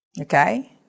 Okay